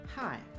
Hi